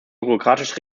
bürokratische